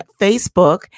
Facebook